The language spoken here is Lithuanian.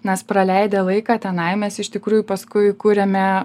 nes praleidę laiką tenai mes iš tikrųjų paskui kuriame